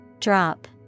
Drop